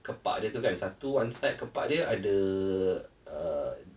kepak dia tu kan satu one side kepak dia ada uh